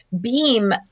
beam